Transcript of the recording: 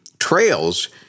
trails